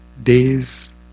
days